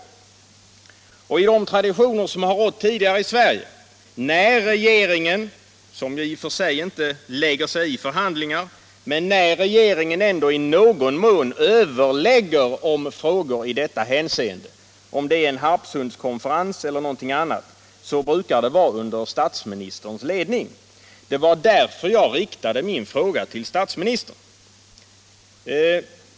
Enligt de traditioner som råder i Sverige lägger regeringen sig inte i förhandlingar, men när den ändå i någon mån överlägger om frågor i detta hänseende, vid en Harpsundskonferens eller någon annan sammankomst, brukar det vara under statsministerns ledning. Det var därför jag riktade min fråga till statsministern.